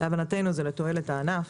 להבנתנו זה לתועלת הענף,